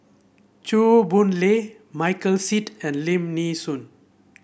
Chew Boon Lay Michael Seet and Lim Nee Soon